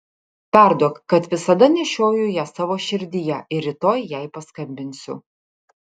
perduok kad visada nešioju ją savo širdyje ir rytoj jai paskambinsiu